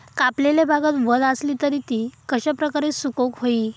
कापलेल्या भातात वल आसली तर ती कश्या प्रकारे सुकौक होई?